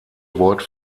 wort